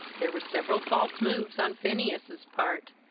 there were several false moves on phineas's part,